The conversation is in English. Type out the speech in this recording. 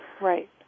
Right